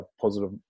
positive